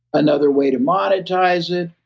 another way to monetize it,